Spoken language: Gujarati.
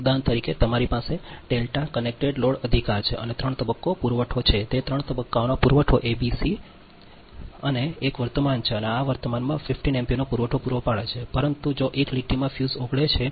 ઉદાહરણ તરીકે તમારી પાસે ડેલ્ટા કનેક્ટેડ લોડ અધિકાર છે અને ત્રણ તબક્કો પુરવઠો તે ત્રણ તબક્કાનો પુરવઠો એબીસી છે અને તે એક વર્તમાન છે અને તે અને વર્તમાનમાં 15 એમ્પીયરનો પુરવઠો પૂરો પાડે છે પરંતુ જો એક લીટીમાં ફ્યુઝ ઓગળે છે